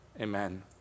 amen